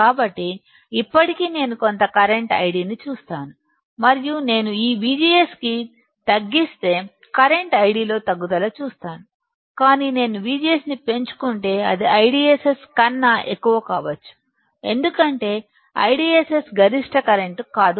కాబట్టి ఇప్పటికీ నేను కొంత కరెంట్ ID ని చూస్తాను మరియు నేను ఈ VGS ని తగ్గిస్తే కరెంటు ID లో తగ్గుదల చూస్తాను కాని నేను VGS ని పెంచుకుంటే అది IDSS కన్నా ఎక్కువ కావచ్చు ఎందుకంటే IDSS గరిష్ట కరెంట్ కాదు